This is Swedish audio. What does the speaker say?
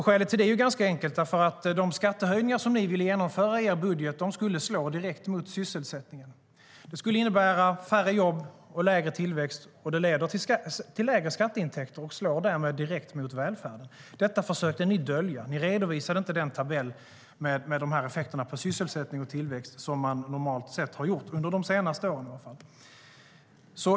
Skälet till det är ganska enkelt. De skattehöjningar som ni ville genomföra i er budget skulle nämligen slå direkt mot sysselsättningen. Det skulle innebära färre jobb och lägre tillväxt, vilket leder till lägre skatteintäkter och därmed slår direkt mot välfärden. Detta försökte ni dölja. Ni redovisade inte den tabell med effekterna på sysselsättning och tillväxt som man normalt sett har gjort under de senaste åren.